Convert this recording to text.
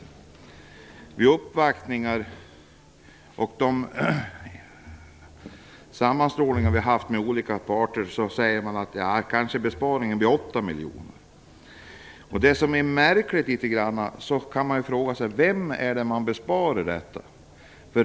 När vi uppvaktat och sammanstrålat med de olika parterna säger de att besparingen kanske blir på 8 miljoner kronor. Detta är märkligt, och man frågar sig: Vem är det man spar åt?